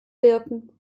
wirken